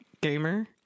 gamer